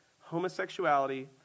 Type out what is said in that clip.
homosexuality